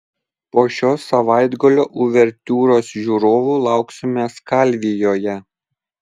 po šios savaitgalio uvertiūros žiūrovų lauksime skalvijoje